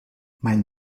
mijn